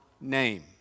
name